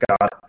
God